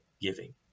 giving